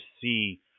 see